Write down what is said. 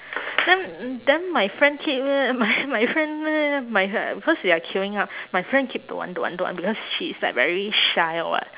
then then my friend keep~ my my friend my uh because we are queuing up my friend keep don't want don't want don't want don't want she is like very shy or what